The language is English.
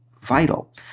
Vital